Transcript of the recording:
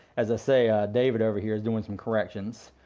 as i say, ah david over here is doing some corrections,